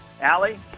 Allie